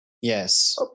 Yes